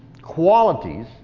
qualities